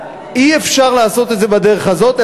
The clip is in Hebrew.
אי-אפשר לעשות את זה בדרך הזאת,